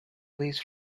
least